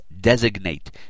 designate